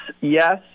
yes